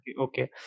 Okay